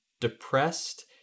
depressed